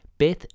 Beth